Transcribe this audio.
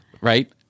Right